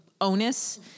onus